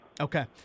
okay